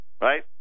Right